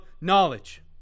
knowledge